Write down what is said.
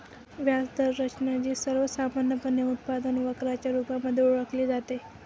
व्याज दर रचना, जी सर्वसामान्यपणे उत्पन्न वक्र च्या रुपामध्ये ओळखली जाते